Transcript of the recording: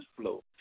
flow